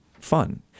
fun